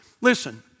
Listen